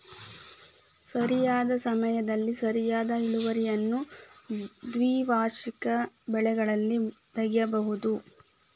ಸರಿಯಾದ ಸಮಯದಲ್ಲಿ ಸರಿಯಾದ ಇಳುವರಿಯನ್ನು ದ್ವೈವಾರ್ಷಿಕ ಬೆಳೆಗಳಲ್ಲಿ ತಗಿಬಹುದು